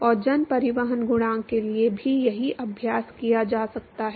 और जन परिवहन गुणांक के लिए भी यही अभ्यास किया जा सकता है